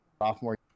sophomore